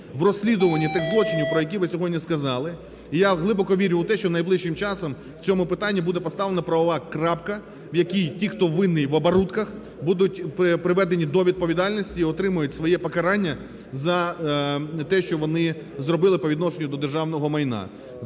в розслідуванні тих злочинів, про які ви сьогодні сказали. І я глибоко вірю у те, що найближчим часом в цьому питанні буде поставлена правова крапка, в якій ті, хто винний в оборудках, будуть приведені до відповідальності і отримають своє покарання за те, що вони зробили по відношенню до державного майна.